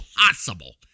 impossible